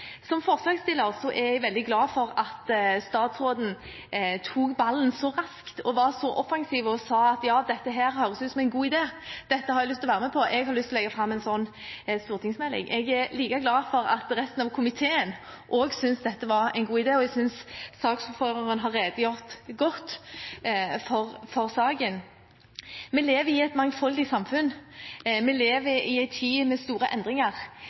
Som forslagsstiller er jeg veldig glad for at statsråden tok ballen så raskt og var så offensiv og sa ja, dette høres ut som en god idé, dette har jeg lyst til å være med på, dette har jeg lyst til å legge fram en stortingsmelding om. Jeg er like glad for at resten av komiteen også syntes dette var en god idé, og jeg synes saksordføreren har redegjort godt for saken. Vi lever i et mangfoldig samfunn. Vi lever i en tid med store endringer.